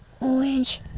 orange